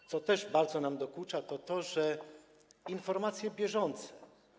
To co też bardzo nam dokucza, to to, że informacje bieżące.